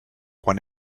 quan